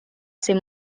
ser